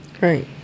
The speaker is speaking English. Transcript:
Right